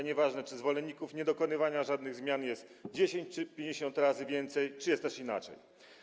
Nieważne, czy zwolenników niedokonywania żadnych zmian jest 10 czy 50 razy więcej, czy też jest inaczej.